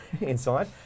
inside